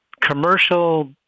commercial